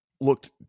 looked